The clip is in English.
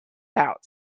out